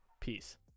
Peace